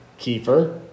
Kiefer